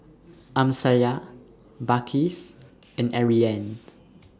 Amsyar Balqis and Aryan